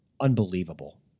Unbelievable